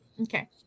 Okay